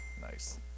Nice